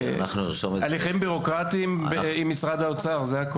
אלו הליכים בירוקרטים עם משרד האוצר, זה הכול.